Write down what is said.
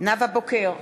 נאוה בוקר,